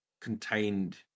contained